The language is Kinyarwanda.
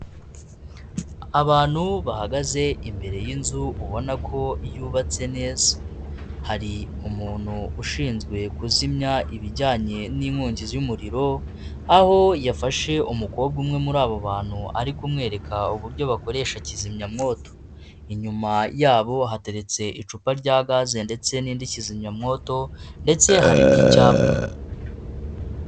Abantu bahagaze imbere y'inzu ubona ko yubatse neza, hari umuntu ushinzwe kuzimya ibijyanye n'inkongi y'umuriro aho yafashe umukobwa umwe muri abo bantu ari kumwereka uburyo bakoresha kizimyamwoto, inyuma yabo hateretse icupa rya gaze ndetse n'indi kizimyamwoto ndetse hari n'icyapa.